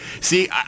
see